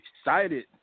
excited